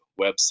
website